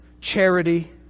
charity